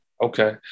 Okay